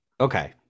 okay